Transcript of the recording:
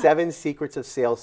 seven secrets of sales